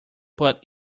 but